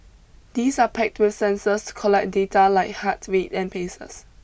these are packed with sensors to collect data like heart rate and paces